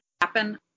happen